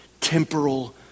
temporal